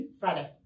Friday